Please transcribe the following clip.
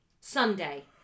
Sunday